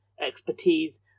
expertise